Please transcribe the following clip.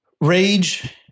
rage